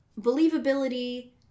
believability